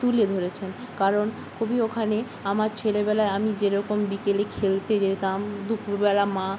তুলে ধরেছেন কারণ কবি ওখানে আমার ছেলেবেলায় আমি যেরকম বিকেলে খেলতে যেতাম দুপুরবেলা মা